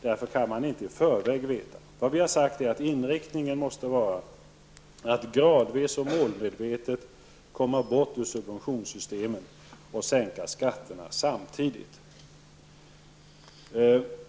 Detta kan man inte i förväg veta. Vad vi har sagt är att inriktningen måste vara att gradvis och målmedvetet komma bort från subventionssystemen och samtidigt sänka skatterna.